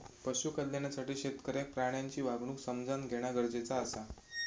पशु कल्याणासाठी शेतकऱ्याक प्राण्यांची वागणूक समझान घेणा गरजेचा आसा